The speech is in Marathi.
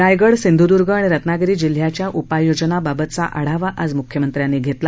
रायगड सिधूद्र्ग रत्नागिरी जिल्ह्याच्या उपाययोजना बाबतचा आढावा आज मुख्यमंत्र्यांनी घेतला